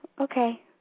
okay